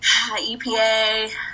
EPA